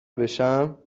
بشم